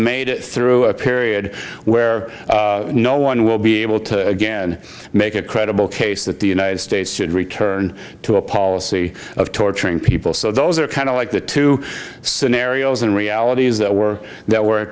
made it through a period where no one will be able to again make a credible case that the united states should return to a policy of torturing people so those are kind of like the two scenarios and realities that we're that we're